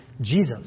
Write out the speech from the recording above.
Jesus